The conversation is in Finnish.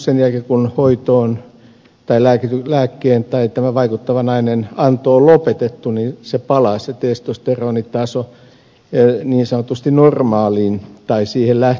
sen jälkeen kun tämän vaikuttavan aineen anto on lopetettu se testosteronitaso palaa niin sanotusti normaaliin tai siihen lähtökohtaan